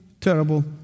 terrible